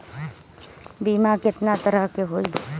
बीमा केतना तरह के होइ?